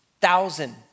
thousand